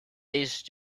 these